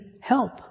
help